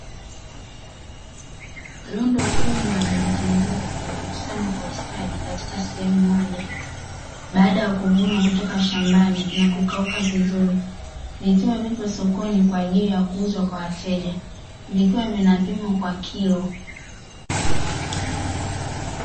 Rundo kubwa la vitunguu vimekusanywa kwa ustadi katika sehemu moja baada ya kuvunwa kutoka shambani na kukauka vizuri, vikiwa vipo sokoni kuuzwa kwa wateja vikiwa vinapimwa kwa kilo.